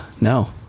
no